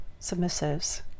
Submissives